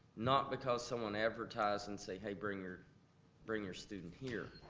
not because someone advertised and say, hey, bring your bring your student here.